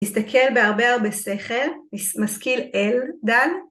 ‫להסתכל בהרבה הרבה שכל, ‫משכיל אל-דל.